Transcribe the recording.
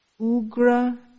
Ugra